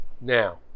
Now